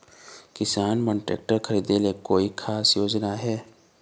किसान मन बर ट्रैक्टर खरीदे के कोई खास योजना आहे?